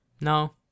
No